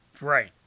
Right